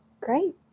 great